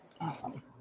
Awesome